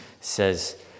says